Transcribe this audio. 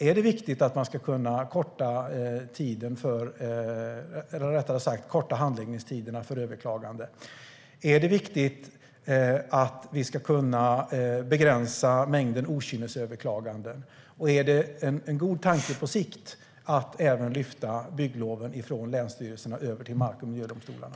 Är det viktigt att vi ska kunna korta handläggningstiderna för överklagande? Är det viktigt att vi ska kunna begränsa mängden okynnesöverklaganden? Och är det en god tanke på sikt att även lyfta bort byggloven från länsstyrelserna över till mark och miljödomstolarna?